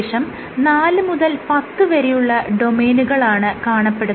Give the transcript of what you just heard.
ശേഷം 4 മുതൽ 10 വരെയുള്ള ഡൊമെയ്നുകളാണ് കാണപ്പെടുന്നത്